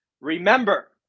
Remember